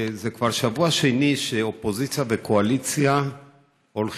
זה כבר שבוע שני שהאופוזיציה והקואליציה הולכות,